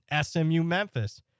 SMU-Memphis